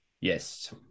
yes